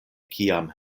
kiam